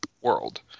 world